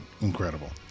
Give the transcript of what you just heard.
incredible